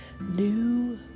new